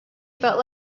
felt